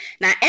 Now